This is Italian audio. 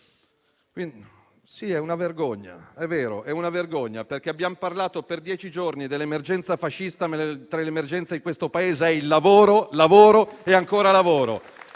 Sì, è una vergogna, è vero, perché abbiamo parlato per dieci giorni dell'emergenza fascista, mentre l'emergenza di questo Paese è il lavoro, lavoro e ancora lavoro.